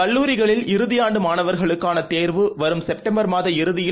கல்லுாரிகளில் இறுதியாண்டுமாணவர்களுக்கானதேர்வு வரும் செப்டம்பர் மாத இறுதியில்